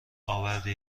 آوردی